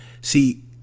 See